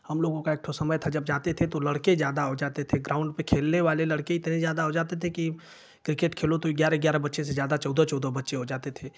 हम लोगों का एक ठो समय था जब जाते थे तो लड़के ज़्यादा हो जाते थे ग्राउंड पर खेलने वाले लड़के इतने ज़्यादा हो जाते थे की क्रिकेट खेलो तो ग्यारह ग्यारह बच्चे से ज़्यादा चौदह चौदह बच्चे हो जाते थे